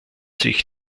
sich